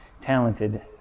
talented